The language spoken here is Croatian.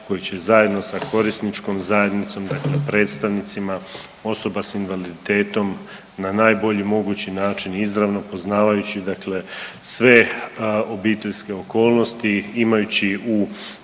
koji će zajedno sa korisničkom zajednicom, dakle predstavnicima osoba sa invaliditetom na najbolji mogući način izravno poznavajući dakle sve obiteljske okolnosti, imajući u